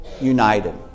united